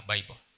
Bible